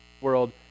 world